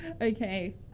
okay